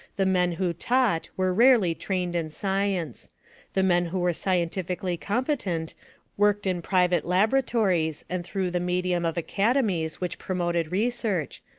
the men who taught were rarely trained in science the men who were scientifically competent worked in private laboratories and through the medium of academies which promoted research,